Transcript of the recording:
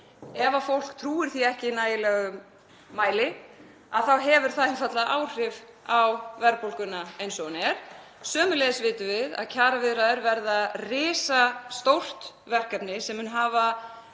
Ef fólk trúir því ekki í nægilegum mæli þá hefur það einfaldlega áhrif á verðbólguna eins og hún er. Sömuleiðis vitum við að kjaraviðræður verða risastórt verkefni sem mun hafa